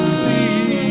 see